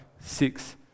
six